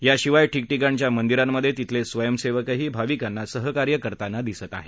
याशिवाय ठिकठिकाणच्या मंदिरांध्ये तिथले स्वयंसेवकही भाविकांना सहकार्य करताना दिसत आहेत